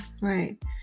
Right